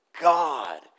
God